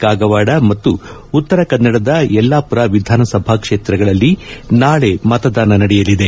ಕಾಗವಾಡ ಮತ್ತು ಉತ್ತರ ಕನ್ನಡದ ಯುಲ್ಲಾಪುರ ವಿಧಾನಸಭಾ ಕ್ಷೇತ್ರಗಳಲ್ಲಿ ನಾಳಿ ಮತದಾನ ನಡೆಯಲಿದೆ